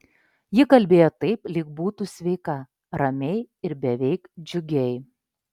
ji kalbėjo taip lyg būtų sveika ramiai ir beveik džiugiai